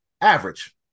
average